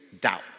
doubt